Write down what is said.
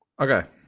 Okay